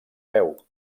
peu